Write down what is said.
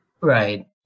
Right